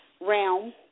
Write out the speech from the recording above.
realm